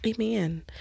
Amen